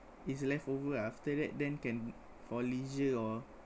is leftover after that then can for leisure or